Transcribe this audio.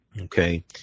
Okay